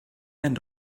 end